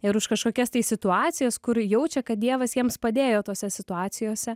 ir už kažkokias tai situacijas kur jaučia kad dievas jiems padėjo tose situacijose